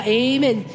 amen